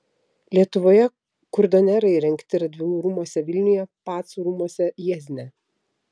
lietuvoje kurdonerai įrengti radvilų rūmuose vilniuje pacų rūmuose jiezne